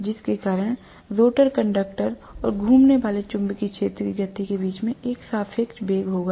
जिसके कारण rotor conductor और घूमने वाले चुंबकीय क्षेत्र की गति के बीच एक सापेक्ष वेग होगा